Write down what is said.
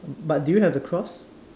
but did you have the cross